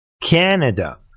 Canada